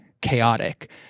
chaotic